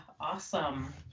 awesome